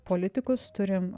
politikus turim